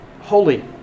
holy